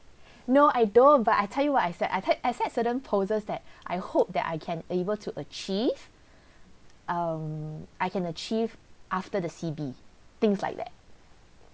no I don't but I tell you what I said I've had I set certain poses that I hope that I can able to achieve um I can achieve after the C_B things like that